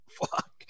fuck